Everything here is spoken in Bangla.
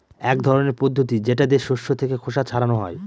এক ধরনের পদ্ধতি যেটা দিয়ে শস্য থেকে খোসা ছাড়ানো হয়